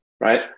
Right